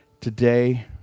Today